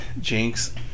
jinx